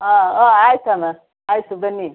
ಹಾಂ ಹಾಂ ಆಯ್ತು ಅಮ್ಮ ಆಯಿತು ಬನ್ನಿ